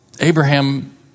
Abraham